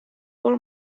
all